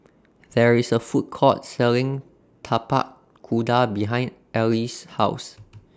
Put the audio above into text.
There IS A Food Court Selling Tapak Kuda behind Alys' House